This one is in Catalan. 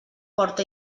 porta